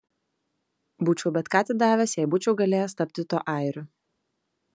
būčiau bet ką atidavęs jei būčiau galėjęs tapti tuo airiu